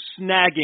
snagging